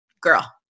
girl